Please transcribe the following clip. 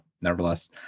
nevertheless